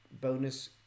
bonus